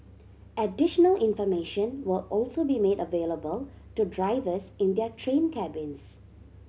additional information will also be made available to drivers in their train cabins